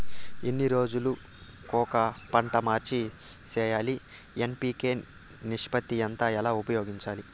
ఎన్ని రోజులు కొక పంట మార్చి సేయాలి ఎన్.పి.కె నిష్పత్తి ఎంత ఎలా ఉపయోగించాలి?